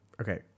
okay